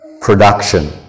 production